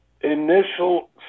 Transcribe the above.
initial